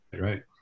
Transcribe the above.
right